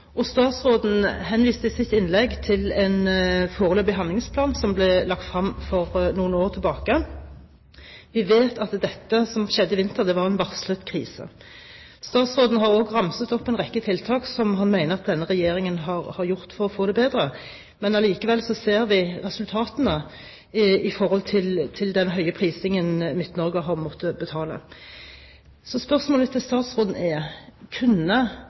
energiområdet. Statsråden henviste i sitt innlegg til en foreløpig handlingsplan som ble lagt fram for noen år tilbake. Vi vet at det som skjedde i vinter, var en varslet krise. Statsråden har også ramset opp en rekke tiltak som han mener at denne regjeringen har gjort for å bedre situasjonen, men likevel ser vi resultatene, i form av den høye prisen Midt-Norge har måttet betale. Spørsmålet til statsråden er: Kunne